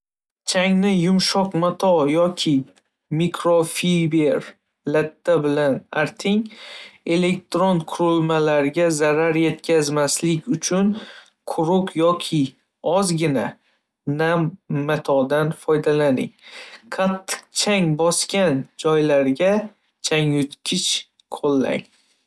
Changni yumshoq mato yoki mikrofiber latta bilan arting. Elektron qurilmalarga zarar yetkazmaslik uchun quruq yoki ozgina nam matodan foydalaning. Qattiq chang bosgan joylarga changyutgich qo'llang.